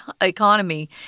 economy